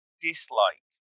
dislike